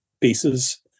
pieces